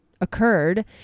occurred